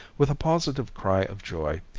with a positive cry of joy,